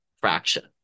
fraction